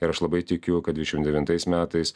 ir aš labai tikiu kad dvidešim devintais metais